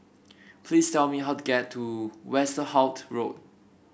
please tell me how to get to Westerhout Road